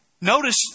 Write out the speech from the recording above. Notice